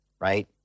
right